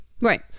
Right